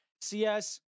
CS